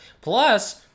Plus